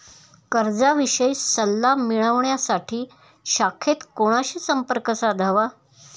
कर्जाविषयी सल्ला मिळवण्यासाठी शाखेत कोणाशी संपर्क साधावा?